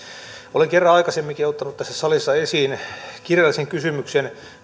olen kerran aikaisemminkin ottanut tässä salissa esiin kirjallisen kysymyksen